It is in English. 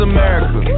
America